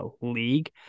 league